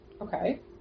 Okay